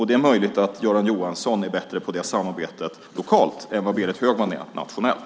Det är möjligt att Göran Johansson är bättre på det samarbetet lokalt än vad Berit Högman är nationellt.